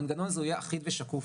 המנגנון הזה יהיה אחיד ושקוף.